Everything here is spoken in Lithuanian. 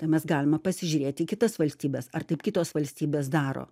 tai mes galima pasižiūrėti į kitas valstybes ar taip kitos valstybės daro